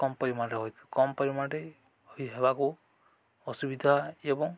କମ୍ ପରିମାଣରେ ହତ କମ୍ ପରିମାଣରେ ହୋଇ ହେବାକୁ ଅସୁବିଧା ଏବଂ